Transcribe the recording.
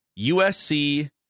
USC